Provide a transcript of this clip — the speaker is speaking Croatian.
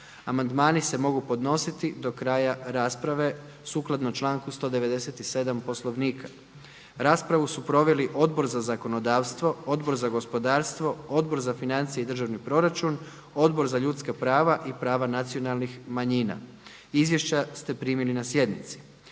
Amandmani se mogu podnositi do kraja rasprave sukladno članku 197. Poslovnika. Raspravu su proveli Odbor za zakonodavstvo, Odbor za gospodarstvo, Odbor za financije i državni proračun, Odbor za ljudska prava i prava nacionalnih manjina. Izvješća ste primili na sjednici.